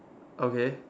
okay